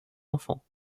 enfants